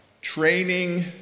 Training